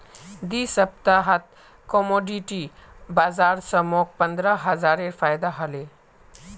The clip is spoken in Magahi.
दी सप्ताहत कमोडिटी बाजार स मोक पंद्रह हजारेर फायदा हले